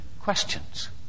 questions